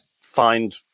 find